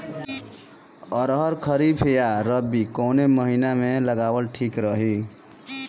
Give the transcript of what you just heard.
अरहर खरीफ या रबी कवने महीना में लगावल ठीक रही?